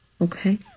Okay